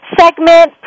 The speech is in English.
segment